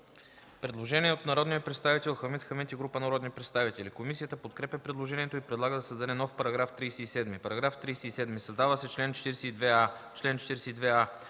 Предложение от народния представител Хамид Хамид и група народни представители. Комисията подкрепя предложението и предлага да се създаде нов § 37: „§ 37. Създава се чл. 42а: